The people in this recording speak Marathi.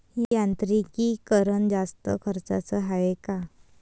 यांत्रिकीकरण जास्त खर्चाचं हाये का?